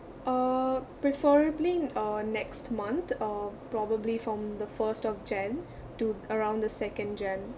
uh preferably uh next month uh probably from the first of jan to around the second jan